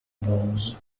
balls